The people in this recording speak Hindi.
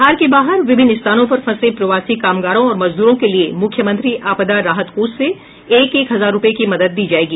बिहार के बाहर विभिन्न स्थानों पर फंसे प्रवासी कामगारों और मजदूरों के लिये मुख्यमंत्री आपदा राहत कोष से एक एक हजार रूपये की मदद दी जायेगी